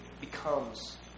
becomes